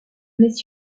mais